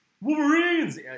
Wolverines